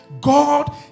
God